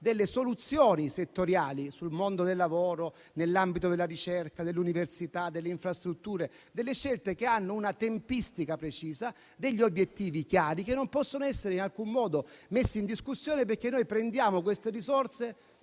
delle soluzioni settoriali sul mondo del lavoro, nell'ambito della ricerca, dell'università, delle infrastrutture, hanno una tempistica precisa e degli obiettivi chiari, che non possono essere in alcun modo essere messe in discussione. Noi, infatti, prendiamo queste risorse